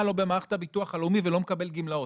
לא במערכת הביטוח הלאומי ולא מקבל גמלאות.